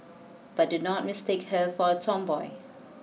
but do not mistake her for a tomboy